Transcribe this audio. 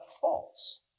false